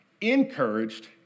encouraged